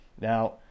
Now